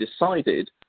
decided